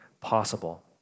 possible